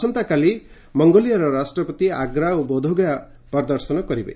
ଆସନ୍ତାକାଳି Mongolia ରାଷ୍ଟ୍ରପତି ଆଗ୍ରା ଓ ବୋଧଗୟା ପରିଦର୍ଶନ କରିବେ